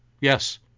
yes